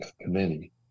committee